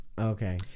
Okay